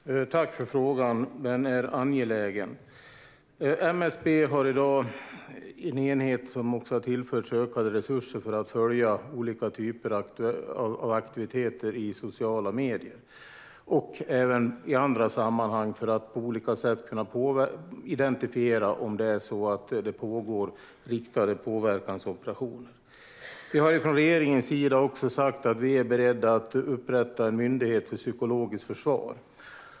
Fru talman! Jag tackar för frågan; den är angelägen. MSB har i dag en enhet, som också har tillförts ökade resurser, som ska följa olika typer av aktiviteter i sociala medier och även i andra sammanhang för att på olika sätt kunna identifiera om det pågår riktade påverkansoperationer. Vi har från regeringens sida också sagt att vi är beredda att upprätta en myndighet för psykologiskt försvar.